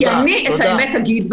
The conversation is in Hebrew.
כי אני את האמת אגיד,